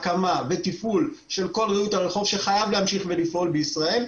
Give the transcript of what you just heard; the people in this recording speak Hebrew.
הקמה ותפעול של כל ריהוט הרחוב שחייב להמשיך ולפעול בישראל,